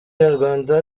nyarwanda